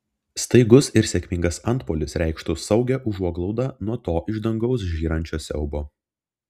staigus ir sėkmingas antpuolis reikštų saugią užuoglaudą nuo to iš dangaus žyrančio siaubo